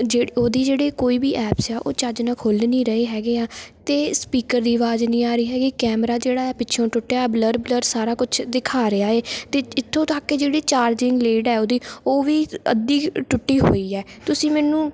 ਜਿਹ ਉਹਦੀ ਜਿਹੜੀ ਕੋਈ ਵੀ ਐਪਸ ਹੈ ਉਹ ਚੱਜ ਨਾਲ਼ ਖੁੱਲ੍ਹ ਨਹੀਂ ਰਹੇ ਹੈਗੇ ਆ ਅਤੇ ਸਪੀਕਰ ਦੀ ਆਵਾਜ਼ ਨਹੀਂ ਆ ਰਹੀ ਹੈਗੀ ਕੈਮਰਾ ਜਿਹੜਾ ਪਿੱਛਿਓ ਟੁੱਟਿਆ ਬਲੱਰ ਬਲੱਰ ਸਾਰਾ ਕੁਛ ਦਿਖਾ ਰਿਹਾ ਏ ਅਤੇ ਇੱਥੋਂ ਤੱਕ ਕਿ ਜਿਹੜੀ ਚਾਰਜਿੰਗ ਲੀਡ ਹੈ ਉਹਦੀ ਉਹ ਵੀ ਅੱਧੀ ਟੁੱਟੀ ਹੋਈ ਹੈ ਤੁਸੀਂ ਮੈਨੂੰ